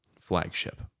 flagship